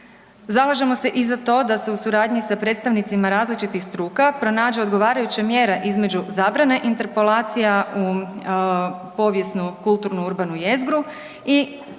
Zalažemo se i za to da se u suradnji sa predstavnicima različitih struka pronađe odgovarajuća mjera između zabrane interpolacija u povijesnu kulturnu urbanu jezgru i također